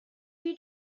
you